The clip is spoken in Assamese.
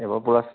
এইবাৰ পূৰা